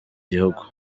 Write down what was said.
gihugu